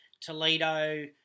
Toledo